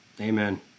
amen